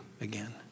again